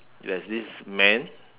there's this man